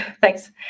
thanks